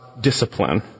discipline